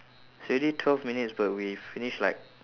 it's already twelve minutes but we finish like